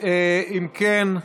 אם כן,